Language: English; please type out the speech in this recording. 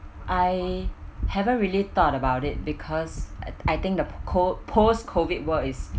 I haven't really thought about it because I I think the cold post COVID world is